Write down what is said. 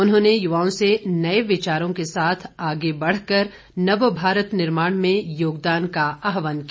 उन्होंने युवाओं से नए विचारों के साथ आगे बढ़ कर नवभारत निर्माण में योगदान का आहवान किया